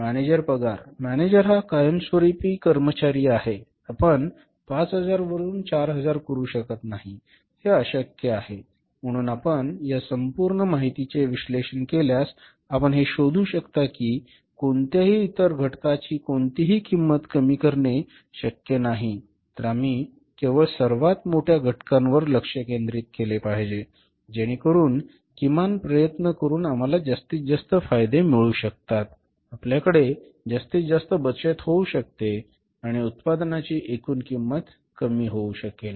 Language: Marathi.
मॅनेजर पगार मॅनेजर हा कायमस्वरुपी कर्मचारी आहे आपण 5000 वरून 4000 करू शकत नाही हे अशक्य आहे म्हणून आपण या संपूर्ण माहितीचे विश्लेषण केल्यास आपण हे शोधू शकता की कोणत्याही इतर घटकाची कोणतीही किंमत कमी करणे शक्य नाही तर आम्ही केवळ सर्वात मोठ्या घटकांवर लक्ष केंद्रित केले पाहिजे जेणेकरून किमान प्रयत्न करून आम्हाला जास्तीत जास्त फायदे मिळू शकतात आपल्याकडे जास्तीत जास्त बचत होऊ शकते आणि उत्पादनाची एकूण किंमत कमी होऊ शकेल